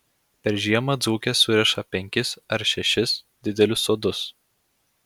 per žiemą dzūkės suriša penkis ar šešis didelius sodus